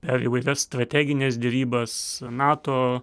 per įvairias strategines derybas nato